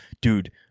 Dude